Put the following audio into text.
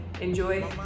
enjoy